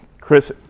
Chris